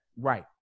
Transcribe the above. Right